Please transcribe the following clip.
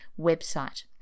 website